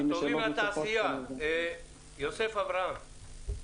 נציג התעשייה, יוסף אברהם,